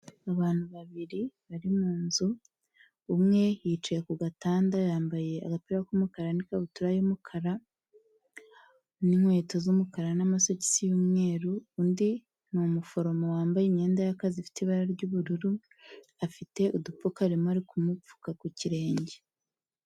Abantu babiri bari mu nzu, umwe yicaye ku gatanda yambaye agapira k'umukara n'ikabutura y'umukara, inkweto z'umukara n'amasogisi y'umweru, undi ni umuforomo wambaye imyenda y'akazi, ifite ibara ry'ubururu, afite udupfuka ari kumupfuka ku kirenge.